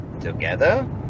together